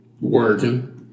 working